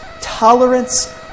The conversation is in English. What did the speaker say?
tolerance